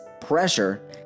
pressure